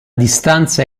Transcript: distanza